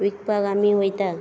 विकपाक आमी वयता